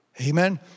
Amen